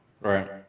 Right